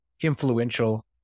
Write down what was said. influential